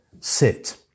sit